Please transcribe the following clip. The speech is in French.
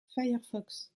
firefox